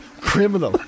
criminal